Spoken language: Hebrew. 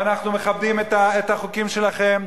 ואנחנו מכבדים את החוקים שלכם,